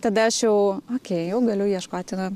tada aš jau okei jau galiu ieškoti na